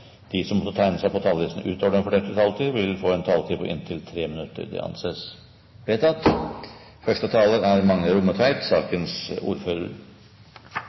de som måtte tegne seg på talerlisten utover den fordelte taletid, får en taletid på inntil 3 minutter. – Det anses vedtatt. Første taler er sakens ordfører,